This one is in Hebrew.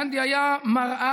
גנדי היה מראה